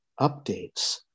updates